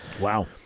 Wow